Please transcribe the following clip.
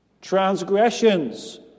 Transgressions